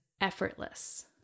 effortless